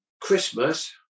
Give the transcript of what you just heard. Christmas